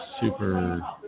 super